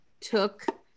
took